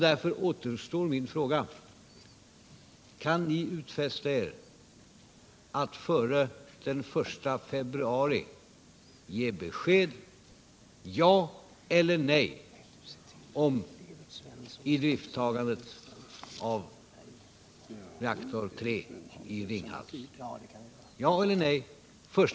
Därför kvarstår min fråga: Kan ni utfästa er att före den 1 februari ge besked —- ja eller nejbeträffande idrifttagandet av reaktor 3 i Ringhals?